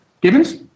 Gibbons